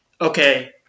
okay